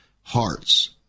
hearts